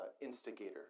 instigator